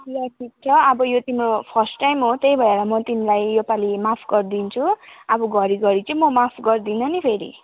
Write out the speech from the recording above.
ल ठिक छ अब यो तिम्रो फर्स्ट टाइम हो त्यही भएर म तिमीलाई यो पालि माफ गरिदिन्छु अब घरिघरि चाहिँ म माफ गर्दिनँ नि फेरि